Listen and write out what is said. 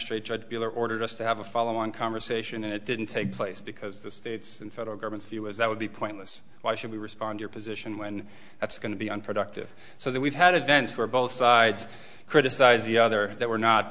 magistrate judge buehler ordered us to have a follow on conversation and it didn't take place because the states and federal government's view was that would be pointless why should we respond your position when that's going to be unproductive so that we've had events where both sides criticize the other that we're not